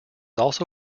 also